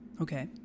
Okay